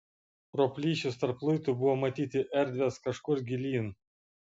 pro plyšius tarp luitų buvo matyti erdvės kažkur gilyn